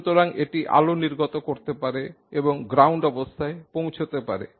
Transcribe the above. সুতরাং এটি আলো নির্গত করতে পারে এবং গ্রাউন্ড অবস্থায় পৌঁছতে পারে